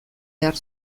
behar